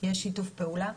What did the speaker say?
יש שיתוף פעולה?